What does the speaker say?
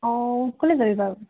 অঁ ক'লৈ যাবি বাৰু